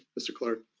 mr. clark.